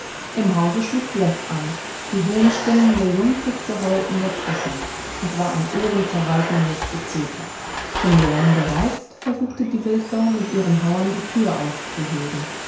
im hause schlug bläff an die hohen stimmen der jungfüchse heulten dazwischen es war ein ohrenzerreißendes gezeter vom lärm gereizt versuchte die wildsau mit ihren hauern die tür auszuheben